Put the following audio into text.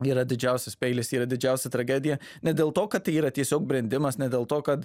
yra didžiausias peilis yra didžiausia tragedija ne dėl to kad tai yra tiesiog brendimas ne dėl to kad